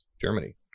Germany